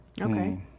Okay